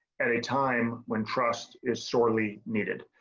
at a time when trust is sorely needed.